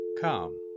Come